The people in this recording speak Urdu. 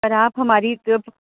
پر آپ ہماری